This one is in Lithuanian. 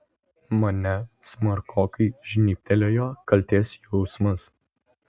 mane smarkokai žnybtelėjo kaltės jausmas